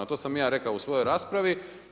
A to sam i ja rekao u svojoj raspravi.